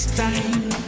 time